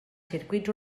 circuits